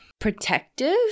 protective